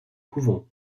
couvent